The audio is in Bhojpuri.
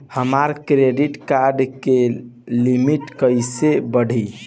हमार क्रेडिट कार्ड के लिमिट कइसे बढ़ी?